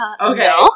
Okay